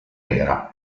nera